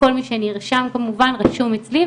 כל מי שנרשם כמובן רשום אצלי,